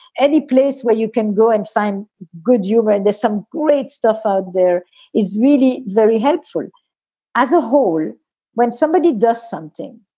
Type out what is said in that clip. any place where you can go and find good humor and there's some great stuff out there is really very helpful as a whole when somebody does something.